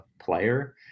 player